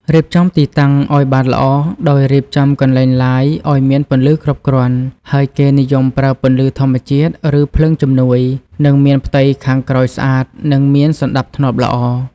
រៀបចំទីតាំងឲ្យបានល្អ ដោយរៀបចំកន្លែង Live ឲ្យមានពន្លឺគ្រប់គ្រាន់ ហើយគេនិយមប្រើពន្លឺធម្មជាតិ ឬភ្លើងជំនួយ និងមានផ្ទៃខាងក្រោយស្អាត និងមានសណ្តាប់ធ្នាប់ល្អ។